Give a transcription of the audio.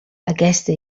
aquesta